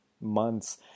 months